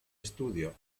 estudio